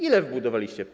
Ile wybudowaliście?